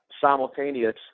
simultaneous